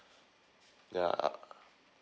ya